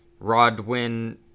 Rodwin